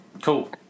Cool